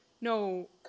No